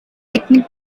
picnic